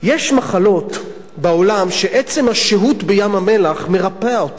יש מחלות בעולם שעצם השהות בים-המלח מרפאה אותן.